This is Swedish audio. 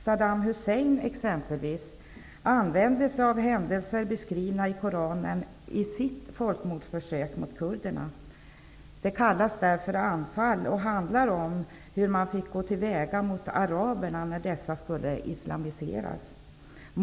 Saddam Hussein, exempelvis, använde sig av händelser beskrivna i Koranen i sitt försök till folkmord på kurderna. Det kallas där för anfall, och det handlar om hur man fick gå till väga mot araberna när dessa skulle islamiseras.